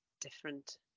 different